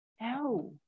No